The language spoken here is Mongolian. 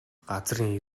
газрын